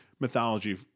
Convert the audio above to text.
mythology